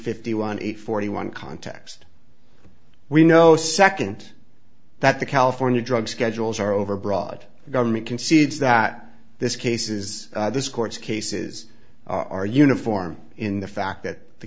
fifty one eight forty one context we know second that the california drug schedules are overbroad government concedes that this cases this court cases are uniform in the fact th